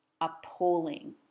appalling